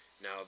Now